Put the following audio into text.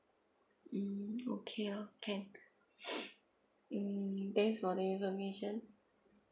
mm okay loh can mm thanks for the information